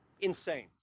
insane